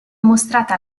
mostrata